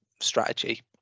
strategy